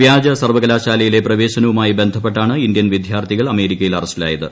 വ്യാജ സർവകലാശാലയിലെ പ്രവേശനവുമായി ബന്ധപ്പെട്ടാണ് ഇന്ത്യൻ വിദ്യാർത്ഥികൾ അമേരിക്കയിൽ അറസ്റ്റിലായത്